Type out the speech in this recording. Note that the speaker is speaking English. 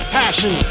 passion